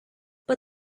but